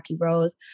Rose